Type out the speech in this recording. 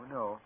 no